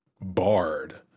Bard